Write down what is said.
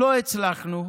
לא הצלחנו,